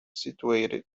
situated